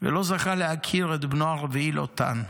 ולא זכה להכיר את בנו הרביעי לוטן,